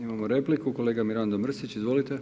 Imamo repliku, kolega Mirando Mrsić, izvolite.